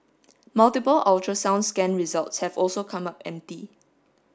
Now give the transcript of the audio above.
multiple ultrasound scan results have also come up empty